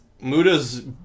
Muda's